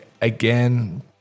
again